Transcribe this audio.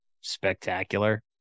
spectacular